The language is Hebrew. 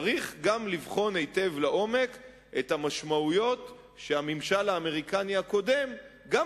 צריך גם לבחון היטב לעומק את המשמעויות שהממשל האמריקני הקודם גם